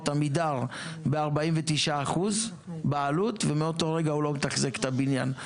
עמידר ב-49% בעלות ומאותו רגע הוא לא מתחזק את הבניין.